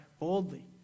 boldly